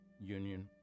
union